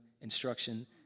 instruction